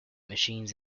machines